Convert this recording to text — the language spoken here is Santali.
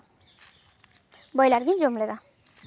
ᱵᱚᱭᱞᱟᱨ ᱜᱮᱧ ᱡᱚᱢ ᱞᱮᱫᱟ